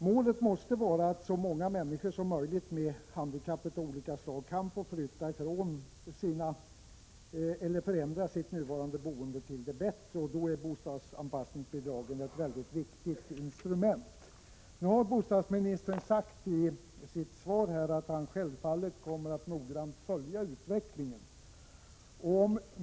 Målet måste vara att så många människor som möjligt med handikapp av olika slag kan få förändra sitt nuvarande boende till ett bättre boende. I detta sammanhang är bostadsanpassningsbidraget ett mycket viktigt instrument. Bostadsministern säger i sitt svar att han självfallet kommer att noggrant följa utvecklingen.